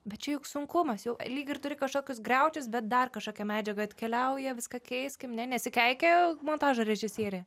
bet čia juk sunkumas jau lyg ir turi kažkokius griaučius bet dar kažkokia medžiaga atkeliauja viską keiskim ne nesikeikė montažo režisierė